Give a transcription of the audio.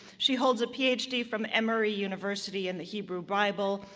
she holds a ph d. from emory university in the hebrew bible,